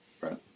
right